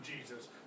Jesus